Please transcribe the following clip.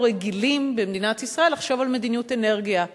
רגילים במדינת ישראל לחשוב על מדיניות אנרגיה,